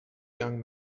young